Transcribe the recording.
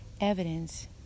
evidence